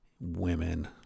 Women